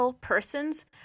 persons